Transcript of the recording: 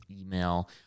email